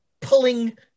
pulling